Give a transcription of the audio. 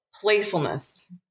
playfulness